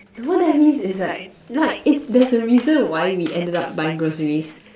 the what that means is like like it there's a reason why we ended up buying groceries